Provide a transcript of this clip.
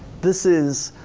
this is